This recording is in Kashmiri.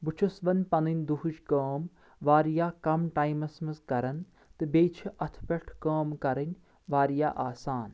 بہٕ چھُس وۄنۍ پنٕنۍ دُہٕچ کٲم واریاہ کم ٹایمس منٛز کران تہٕ بیٚیہِ چھِ اتھ پٮ۪ٹھ کٲم کرٕنۍ واریاہ آسان